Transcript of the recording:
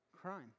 crime